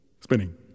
spinning